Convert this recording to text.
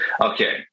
Okay